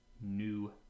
New